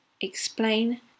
explain